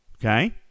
Okay